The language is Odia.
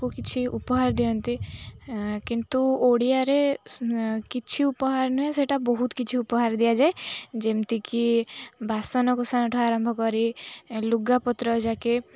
କୁ କିଛି ଉପହାର ଦିଅନ୍ତି କିନ୍ତୁ ଓଡ଼ିଆରେ କିଛି ଉପହାର ନୁହେଁ ସେଇଟା ବହୁତ କିଛି ଉପହାର ଦିଆଯାଏ ଯେମିତିକି ବାସନକୁସନଠୁ ଆରମ୍ଭ କରି ଲୁଗାପତ୍ର ଯାକେ